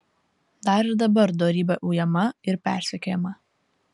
dar ir dabar dorybė ujama ir persekiojama